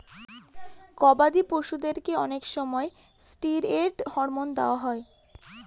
গবাদি পশুদেরকে অনেক সময় ষ্টিরয়েড হরমোন দেওয়া হয়